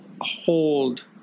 hold